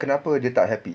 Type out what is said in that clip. kenapa dia tak happy